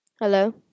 Hello